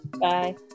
Bye